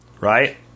Right